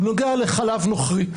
הוא נוגע לחלב נוכרי.